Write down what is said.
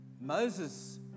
Moses